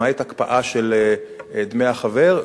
למעט הקפאה של דמי החבר.